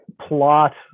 plot